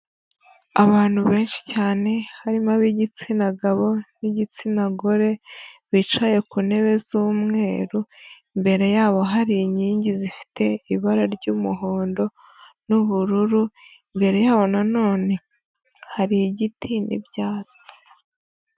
Abantu benshi cyane harimo ab'igitsina gabo n'igitsina gore bicaye ku ntebe z'umweru, imbere yabo hari inkingi zifite ibara ry'umuhondo n'ubururu, imbere yabo na none hari igiti n'ibyatsi.